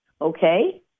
Okay